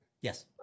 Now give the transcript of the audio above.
Yes